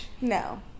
No